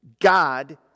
God